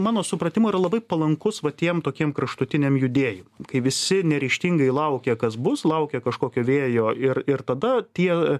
mano supratimu yra labai palankus va tiem tokiem kraštutiniam judėjimam kai visi neryžtingai laukia kas bus laukia kažkokio vėjo ir ir tada tie